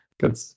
good